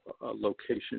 location